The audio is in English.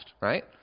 right